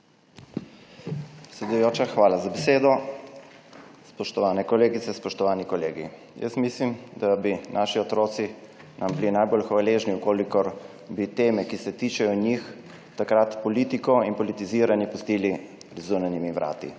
hvala za besedo. Spoštovane kolegice, spoštovani kolegi. Jaz mislim, da bi nam bili naši otroci najbolj hvaležni, v kolikor bi pri temah, ki se tičejo njih, politiko in politiziranje pustili pred zunanjimi vrati.